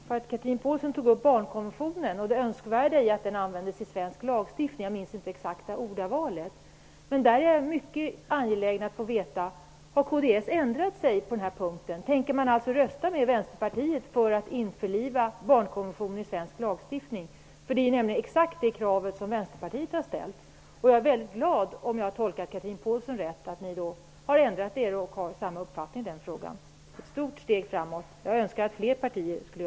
Chatrine Pålsson tog upp barnkonventionen och det önskvärda i att den användes i svensk lagstiftning. Jag minns inte det exakta ordvalet. Men jag är mycket angelägen att få veta om kds har ändrat sig på den punkten. Tänker man rösta med Vänsterpartiet för att införliva barnkonventionen i svensk lagstiftningen? Det är nämligen exakt det kravet som Vänsterpartiet har ställt. Jag är mycket glad om jag har tolkat Chatrine Pålsson rätt och ni har ändrat er och har samma uppfattning som vi i den frågan. Det är ett stort steg framåt. Jag önskar att fler partier tar det.